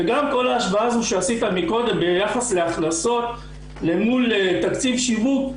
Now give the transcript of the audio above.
וגם כל ההשוואה הזאת שעשית קודם ביחס להכנסות למול תקציב שיווק,